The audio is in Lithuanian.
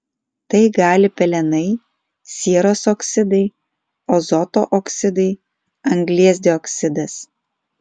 tai gali pelenai sieros oksidai azoto oksidai anglies dioksidas